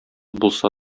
булса